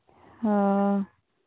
ᱦᱮᱸ